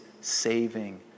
saving